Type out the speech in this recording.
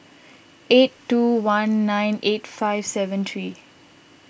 eight two one nine eight five seven three